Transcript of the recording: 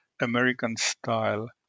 American-style